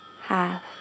half